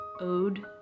Ode